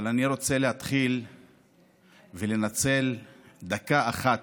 אבל אני רוצה להתחיל ולנצל דקה אחת,